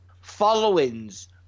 followings